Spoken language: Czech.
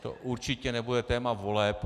To určitě nebude téma voleb.